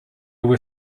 were